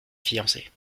fiancée